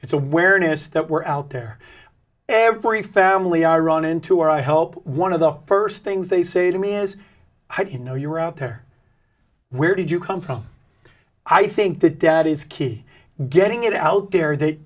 it's awareness that we're out there every family i run into our i help one of the first things they say to me is how do you know you're out there where did you come from i think that that is key getting it out there that